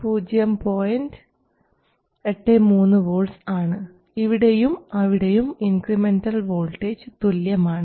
83 V ആണ് ഇവിടെയും അവിടെയും ഇൻക്രിമെൻറൽ വോൾട്ടേജ് തുല്യമാണ്